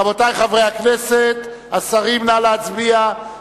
רבותי, חברי הכנסת, השרים, נא להצביע.